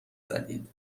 زدید